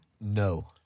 No